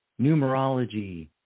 numerology